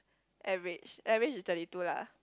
average average is thirty two lah